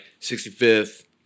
65th